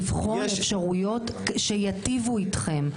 כדי לבחון אפשרויות שייטיבו איתכם.